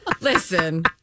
listen